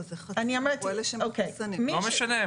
זה לא משנה.